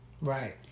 Right